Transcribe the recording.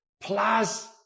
Plus